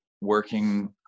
working